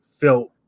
felt